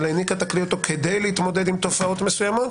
אבל העניקה את הכלי כדי להתמודד עם תופעות מסוימות.